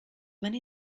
many